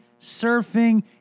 surfing